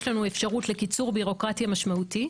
יש לנו אפשרות לקיצור בירוקרטיה משמעותי.